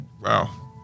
Wow